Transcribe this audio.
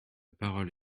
parole